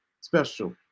special